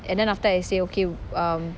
and then after I say okay um